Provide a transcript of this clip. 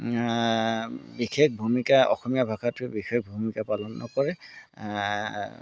বিশেষ ভূমিকা অসমীয়া ভাষাটোৱে বিশেষ ভূমিকা পালন নকৰে